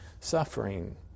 suffering